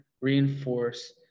reinforce